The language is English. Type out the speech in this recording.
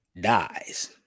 dies